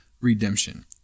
redemption